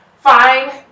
fine